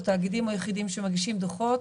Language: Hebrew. שבהם חברות או תאגידים או יחידים שמגישים דוחות,